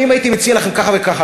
ואמרתי: אם הייתי מציע לכם ככה וככה.